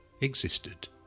existed